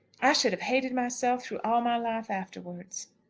i should have hated myself through all my life afterwards.